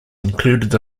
included